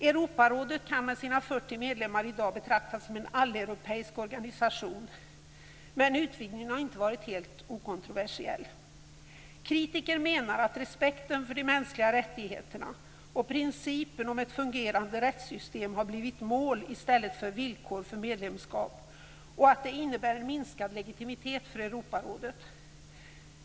Europarådet kan med sina 40 medlemmar i dag betraktas som en alleuropeisk organisation, men utvidgningen har inte varit helt okontroversiell. Kritiker menar att respekten för de mänskliga rättigheterna och principen om ett fungerande rättssystem har blivit mål i stället för villkor för medlemskap och att det innebär en minskad legitimitet för Europarådet.